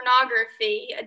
pornography